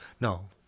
No